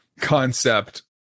Concept